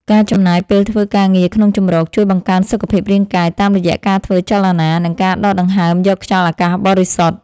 ការចំណាយពេលធ្វើការងារក្នុងជម្រកជួយបង្កើនសុខភាពរាងកាយ តាមរយៈការធ្វើចលនា និងការដកដង្ហើមយកខ្យល់អាកាសបរិសុទ្ធ។